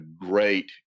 great